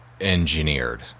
engineered